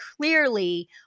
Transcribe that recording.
clearly